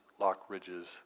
Lockridge's